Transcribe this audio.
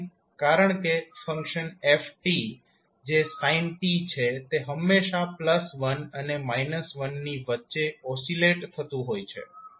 કારણ કે function f જે sin t છે તે હંમેશાં 1 અને 1 ની વચ્ચે ઓસીલેટ થતું હોય છે